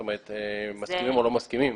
מסכימים או לא מסכימים,